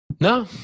No